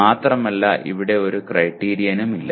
മാത്രമല്ല ഇവിടെ ഒരു ക്രൈറ്റീരിയനുമില്ല